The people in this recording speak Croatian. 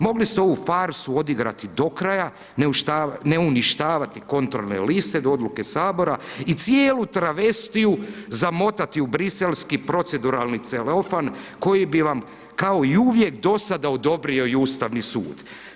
Mogli ste ovu farsu odigrati do kraja, ne uništavati kontrolne liste do odluke HS i cijelu travestiju zamotati u Briselski proceduralni celofan koji bi vam kao i uvijek do sada odobrio i Ustavni sud.